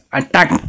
attack